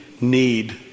need